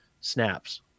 snaps